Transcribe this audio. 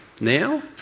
now